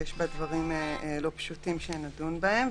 שיש בה דברים לא פשוטים שנדון בהם.